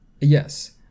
Yes